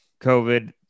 COVID